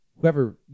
whoever